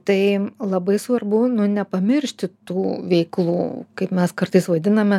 tai labai svarbu nepamiršti tų veiklų kaip mes kartais vaidiname